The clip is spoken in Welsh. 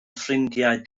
ffrindiau